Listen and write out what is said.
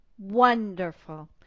wonderful